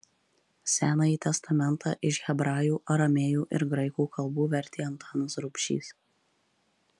senąjį testamentą iš hebrajų aramėjų ir graikų kalbų vertė antanas rubšys